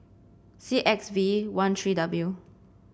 C X V one three W